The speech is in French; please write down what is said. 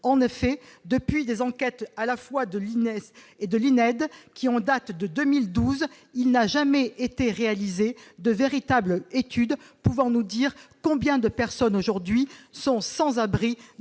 en effet, depuis, des enquêtes à la fois de l'INS et de l'INED, qui ont date de 2012, il n'a jamais été réalisé de véritables études pouvant nous dire combien de personnes aujourd'hui sont sans abri